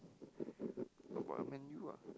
talk about Man-U ah